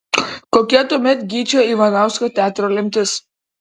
kokia tuomet gyčio ivanausko teatro lemtis